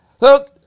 Look